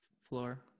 floor